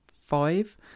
five